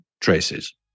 traces